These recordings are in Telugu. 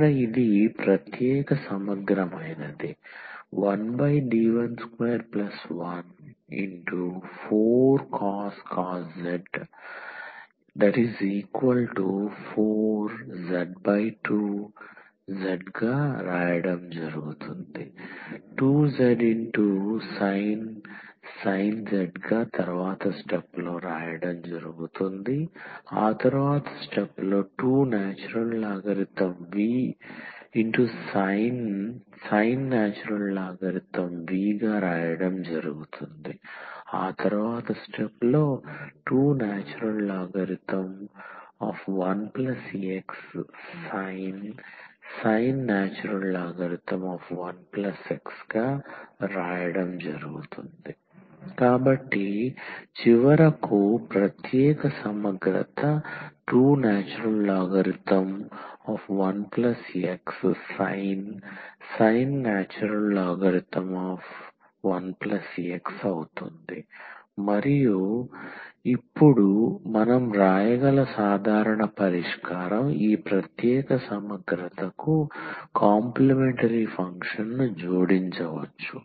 ఇక్కడ ఇది ప్రత్యేక సమగ్రమైనది 1D1214cos z 4z2z 2zsin z 2ln v sin 2ln 1x sin ln 1x కాబట్టి చివరకు ప్రత్యేక సమగ్రత 2ln 1x sin ln 1x అవుతుంది మరియు ఇప్పుడు మనం రాయగల సాధారణ పరిష్కారం ఈ ప్రత్యేక సమగ్రతకు కాంప్లీమెంటరీ ఫంక్షన్ను జోడించవచ్చు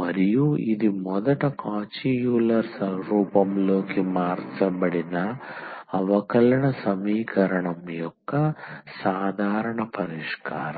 మరియు ఇది మొదట కాచి యూలర్ రూపంలోకి మార్చబడిన అవకలన సమీకరణం యొక్క సాధారణ పరిష్కారం